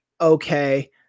okay